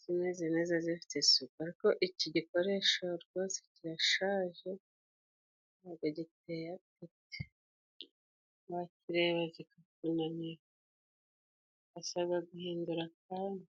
zimeze neza zifite isuku. Ariko iki gikoresho rwose kirashaje ntabwo giteye apeti, urakireba zikakunanira. Barasababwa guhindura akandi.